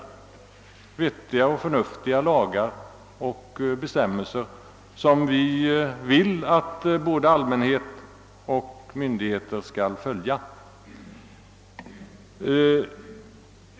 Det gäller ju bestämmelser som vi vill att både allmänhet och myndigheter skall följa.